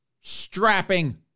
strapping